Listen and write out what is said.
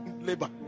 labor